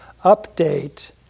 update